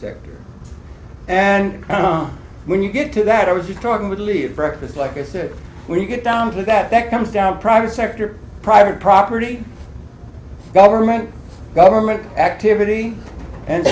sector and when you get to that i was you talking would leave breakfast like i said when you get down to that that comes down private sector private property government government activity and